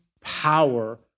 power